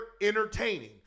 entertaining